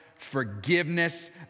Forgiveness